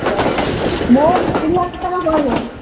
আচ্ছা মোট কুড়ি হাজার টাকা পড়বে